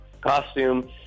costume